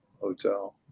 hotel